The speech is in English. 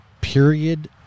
period